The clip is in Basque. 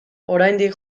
oraindik